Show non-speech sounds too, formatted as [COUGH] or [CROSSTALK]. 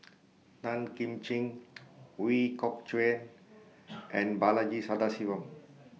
Tan Kim Ching [NOISE] Ooi Kok Chuen and Balaji Sadasivan [NOISE]